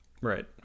right